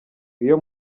iyo